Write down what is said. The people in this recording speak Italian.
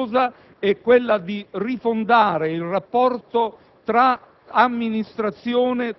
anche una scelta coraggiosa, quella di rifondare il rapporto tra amministrazione,